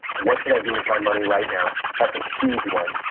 what should i do with my money right now? that's a huge one.